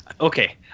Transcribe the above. Okay